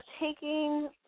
taking